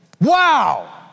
Wow